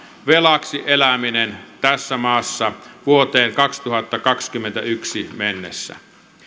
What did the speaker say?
velaksi eläminen tässä maassa vuoteen kaksituhattakaksikymmentäyksi mennessä